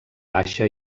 baixa